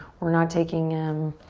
we're not taking, um,